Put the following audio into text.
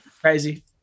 crazy